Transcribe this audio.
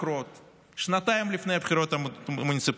הקרואות שנתיים לפני הבחירות המוניציפליות